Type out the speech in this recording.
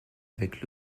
avec